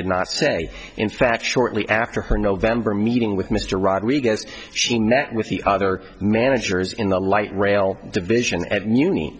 did not say in fact shortly after her november meeting with mr rodriguez she not with the other managers in the light rail division at muni